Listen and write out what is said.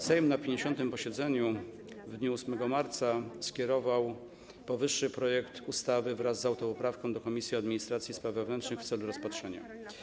Sejm na 50. posiedzeniu w dniu 8 marca skierował powyższy projekt ustawy wraz z autopoprawką do Komisji Administracji i Spraw Wewnętrznych w celu rozpatrzenia.